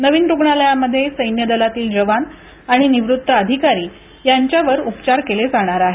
नवीन रुग्णालयामध्ये सैन्य दलातील जवान आणि निवृत्त अधिकारी यांच्यावर उपचार केले जाणार आहेत